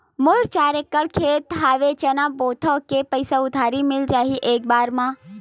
मोर चार एकड़ खेत हवे चना बोथव के पईसा उधारी मिल जाही एक बार मा?